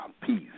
peace